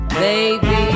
baby